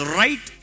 right